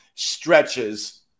Stretches